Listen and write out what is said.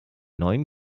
neuen